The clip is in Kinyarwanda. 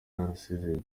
yarasezeye